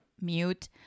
mute